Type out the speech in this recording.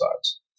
sides